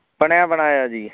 ਬਣਿਆ ਬਣਾਇਆ ਜੀ